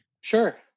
Sure